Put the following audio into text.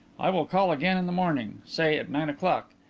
i will call again in the morning, say at nine o'clock.